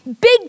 big